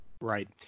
Right